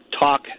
talk